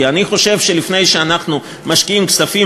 כי אני חושב שלפני שאנחנו משקיעים כספים